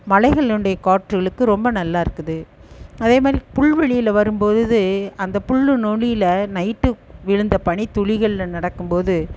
மலைகள்லுன்டைய காற்றுகளுக்கு ரொம்ப நல்லாயிருக்குது அதே மாதிரி புல் வழியில் வரும்போது அந்த புல் நுனியில் நைட் விழுந்த பனித்துளிகளில் நடக்கும்போது